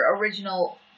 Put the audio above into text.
original